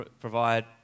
provide